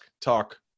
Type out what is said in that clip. talk